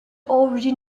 already